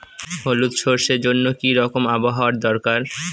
হলুদ সরষে জন্য কি রকম আবহাওয়ার দরকার?